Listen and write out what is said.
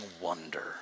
wonder